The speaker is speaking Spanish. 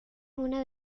una